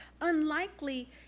unlikely